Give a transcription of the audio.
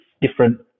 different